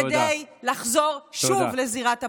כדי לחזור שוב לזירת הפשע.